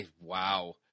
Wow